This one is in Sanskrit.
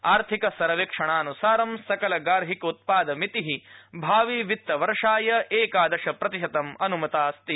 आर्थिक सर्वेक्षणानुसारं सकल गार्हिकोत्पादमिति भावि वित्त वर्षाय एकादश प्रतिशतमितं अनुमतास्ति